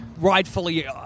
rightfully